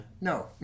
No